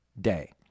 day